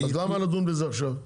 אז למה לדון בזה עכשיו?